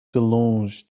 delange